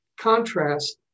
contrast